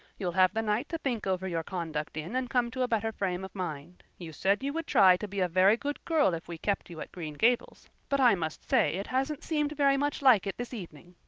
you'll have the night to think over your conduct in and come to a better frame of mind. you said you would try to be a very good girl if we kept you at green gables, but i must say it hasn't seemed very much like it this evening.